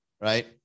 right